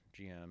GM